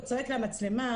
צועק למצלמה,